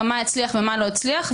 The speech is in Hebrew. גם מה הצליח ומה לא הצליח,